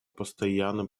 постоянным